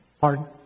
Pardon